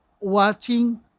watching